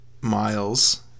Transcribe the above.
Miles